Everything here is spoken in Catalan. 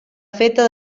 feta